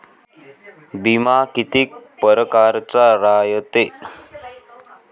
बिमा कितीक परकारचा रायते?